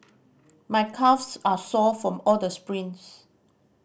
my calves are sore from all the sprints